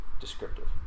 descriptive